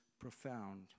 profound